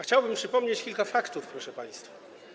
Chciałbym przypomnieć kilka faktów, proszę państwa.